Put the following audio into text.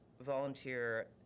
volunteer